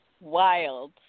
wild